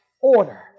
order